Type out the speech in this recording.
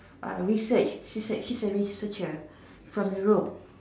uh research she's a she's a researcher from Europe